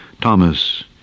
Thomas